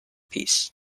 piece